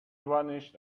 vanished